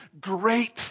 great